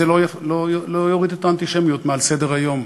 זה לא יוריד את האנטישמיות מעל סדר-היום,